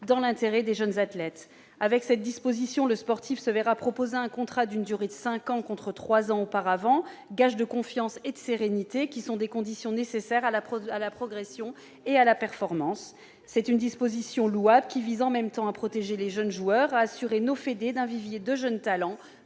également des jeunes athlètes. Avec cette disposition, le sportif se verra proposer un contrat d'une durée de cinq ans, contre trois ans auparavant, un gage de confiance et de sérénité, conditions nécessaires à la progression et à la performance. Cette disposition louable vise en même temps à protéger les jeunes joueurs, à assurer nos fédérations d'un vivier de jeunes talents,